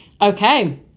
Okay